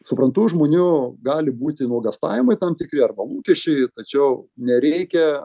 suprantu žmonių gali būti nuogąstavimai tam tikri arba lūkesčiai tačiau nereikia